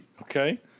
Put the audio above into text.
Okay